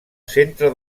centre